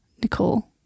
Nicole